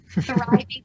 thriving